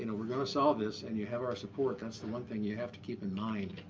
you know we're going to solve this. and you have our support. that's the one thing you have to keep in mind,